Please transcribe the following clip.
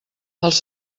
els